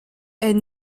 est